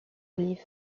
olive